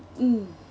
mm